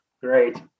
great